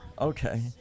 Okay